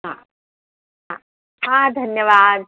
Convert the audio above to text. हां हां हां धन्यवाद